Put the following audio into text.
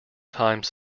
time